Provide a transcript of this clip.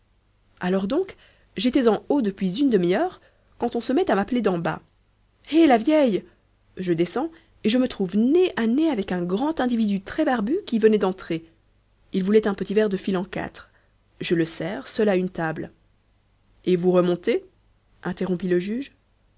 alors donc j'étais en haut depuis une demi-heure quand on se met à m'appeler d'en bas eh la vieille je descends et je me trouve nez à nez avec un grand individu très barbu qui venait d'entrer il voulait un petit verre de fil en quatre je le sers seul à une table et vous remontez interrompit le juge